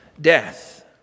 Death